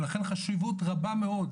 לכן חשיבות רבה מאוד,